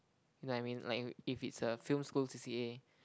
you know what I mean like if it's a film school C_C_A